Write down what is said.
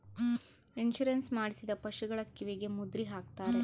insurance ಮಾಡಿಸಿದ ಪಶುಗಳ ಕಿವಿಗೆ ಮುದ್ರೆ ಹಾಕ್ತಾರೆ